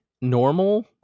normal